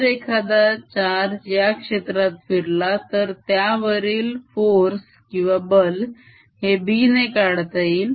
जर एखादा charge या क्षेत्रात फिरला तर त्यावरील फोर्स बल हे B ने काढता येईल